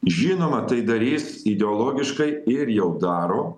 žinoma tai darys ideologiškai ir jau daro